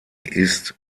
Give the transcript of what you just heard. ist